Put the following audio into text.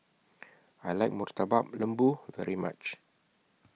I like Murtabak Lembu very much